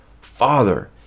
Father